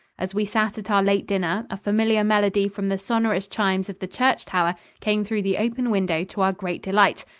as we sat at our late dinner, a familiar melody from the sonorous chimes of the church-tower came through the open window to our great delight.